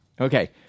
Okay